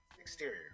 Exterior